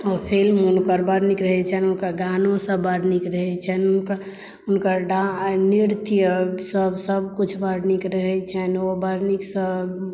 film हुनकर बड़ नीक रहै छनि हुनकर गानो सभ बड़ नीक रहै छनि हुनकर नृत्य सभ सभ कुछ बड़ नीक रहै छनि ओ बड़ निकसँ